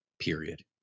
period